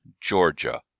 georgia